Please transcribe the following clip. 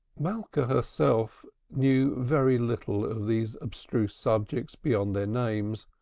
malka herself knew very little of these abstruse subjects beyond their names,